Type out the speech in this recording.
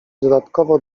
dodatkowo